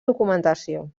documentació